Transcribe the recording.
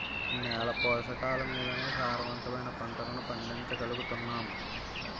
నేల పోషకాలమీదనే సారవంతమైన పంటలను పండించగలుగుతున్నాం